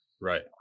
Right